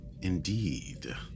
Indeed